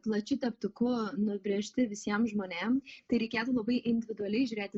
plačiu teptuku nubrėžti visiem žmonėm tai reikėtų labai individualiai žiūrėti